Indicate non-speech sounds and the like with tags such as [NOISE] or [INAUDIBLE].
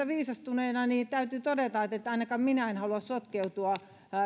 [UNINTELLIGIBLE] viisastuneena täytyy todeta että että ainakaan minä en halua sotkeutua